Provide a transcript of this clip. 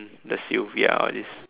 the Sylvia all these